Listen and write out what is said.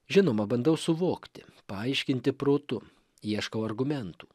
žinoma bandau suvokti paaiškinti protu ieškau argumentų